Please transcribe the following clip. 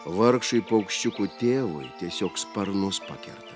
vargšui paukščiukų tėvui tiesiog sparnus pakerta